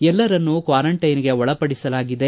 ಎಲ್ಲರನ್ನೂ ಕ್ವಾರಂಟೈನ್ಗೆ ಒಳಪಡಿಸಲಾಗಿದೆ